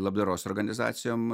labdaros organizacijom